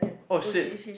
!oh shit!